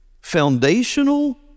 foundational